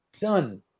Done